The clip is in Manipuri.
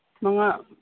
ꯃꯉꯥ